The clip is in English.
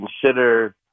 consider